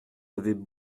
avaient